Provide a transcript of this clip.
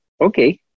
okay